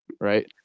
Right